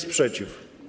Sprzeciw.